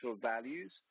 values